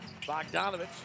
Bogdanovich